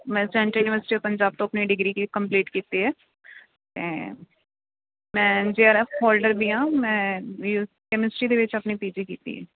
ਮੈਂ Central University of Punjab ਤੋਂ ਆਪਣੀ ਡਿਗਰੀ ਕੰਪਲੀਟ ਕੀਤੀ ਹੈ ਮੈਂ ਮੈਂ ਜੇ ਆਰ ਐਫ ਹੋਲਡਰ ਵੀ ਹਾਂ ਮੈਂ ਵੀ ਕੈਮਿਸਟਰੀ ਦੇ ਵਿੱਚ ਆਪਣੀ ਪੀ ਟੀ ਕੀਤੀ ਹੈ